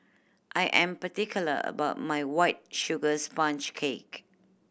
I am particular about my White Sugar Sponge Cake